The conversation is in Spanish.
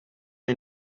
hay